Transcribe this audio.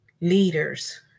leaders